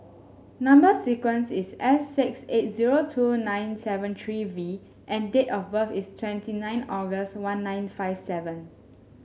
number sequence is S six eight zero two nine seven three V and date of birth is twenty nine August one nine five seven